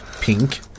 pink